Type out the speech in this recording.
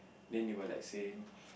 then they will like saying